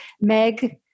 Meg